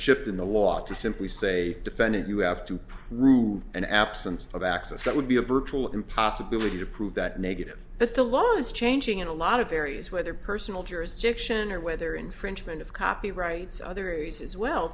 shift in the law to simply say defendant you have to prove an absence of access that would be a virtual impossibility to prove that negative but the law is changing in a lot of areas whether personal jurisdiction or whether infringement of copyright so other areas as well